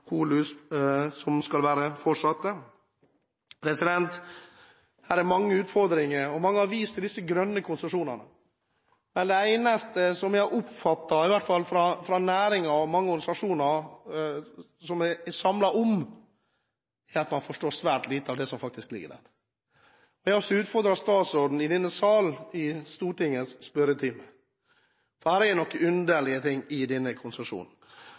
med lusesituasjonen? Skal det fortsatt være 0,5 hunnlus per fisk? Her er det mange utfordringer. Mange har vist til disse grønne konsesjonene. Det eneste jeg har oppfattet, i hvert fall fra næringen og som mange organisasjoner er samlet om, er at man forstår svært lite av det som faktisk ligger der. Jeg har også utfordret statsråden i denne sal i Stortingets spørretime. Det er noen underlige ting med denne konsesjonen,